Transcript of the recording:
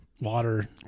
water